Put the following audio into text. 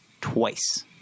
twice